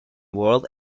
world